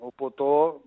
o po to